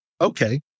Okay